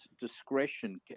discretion